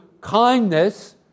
kindness